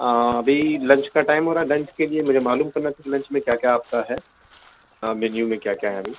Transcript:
آں ابھی لنچ کا ٹائم ہو رہا ہے لنچ کے لیے مجھے معلوم کرنا تھا کہ لنچ میں کیا کیا آپ کا ہے مینو میں کیا کیا ہے ابھی